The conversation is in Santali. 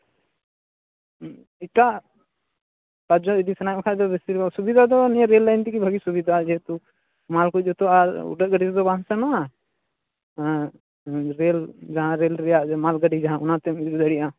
ᱮᱴᱟᱜ ᱨᱟᱡᱽᱡᱚ ᱤᱫᱤ ᱥᱟᱱᱟᱭᱮᱫ ᱢᱮᱠᱷᱟᱱ ᱫᱚ ᱵᱤᱥᱤᱨᱵᱷᱟᱜᱽ ᱥᱩᱵᱤᱫᱷᱟ ᱫᱚ ᱱᱤᱭᱟᱹ ᱨᱮᱹᱞ ᱞᱟᱭᱤᱱ ᱛᱮᱜᱮ ᱵᱷᱟᱜᱮ ᱥᱩᱵᱤᱫᱷᱟ ᱡᱮᱦᱮᱛᱩ ᱢᱟᱞ ᱠᱚ ᱡᱚᱛᱚ ᱟᱨ ᱩᱰᱟᱹᱜ ᱜᱟᱹᱰᱤ ᱛᱮᱫᱚ ᱵᱟᱝ ᱥᱮᱱᱚᱜᱼᱟ ᱨᱮᱹᱞ ᱡᱟᱸᱦᱟ ᱨᱮᱹᱞ ᱨᱮᱭᱟᱜ ᱢᱟᱞ ᱜᱟᱹᱰᱤ ᱚᱱᱟᱛᱮᱢ ᱤᱫᱤ ᱫᱟᱲᱮᱭᱟᱜᱼᱟ